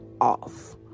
off